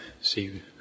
see